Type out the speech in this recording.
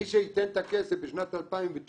מי שייתן את הכסף בשנת 2019